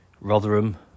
Rotherham